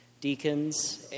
deacons